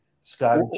Scott